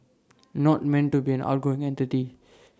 not meant to be an ongoing entity